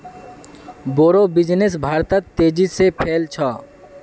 बोड़ो बिजनेस भारतत तेजी से फैल छ